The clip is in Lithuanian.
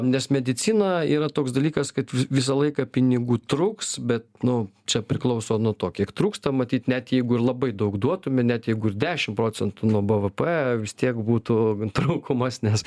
nes medicina yra toks dalykas kad vi visą laiką pinigų trūks bet nu čia priklauso nuo to kiek trūksta matyt net jeigu ir labai daug duotume net jeigu ir dešim procentų nuo bvp vis tiek būtų trūkumas nes